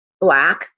black